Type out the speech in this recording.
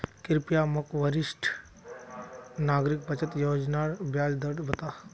कृप्या मोक वरिष्ठ नागरिक बचत योज्नार ब्याज दर बता